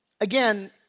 again